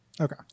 okay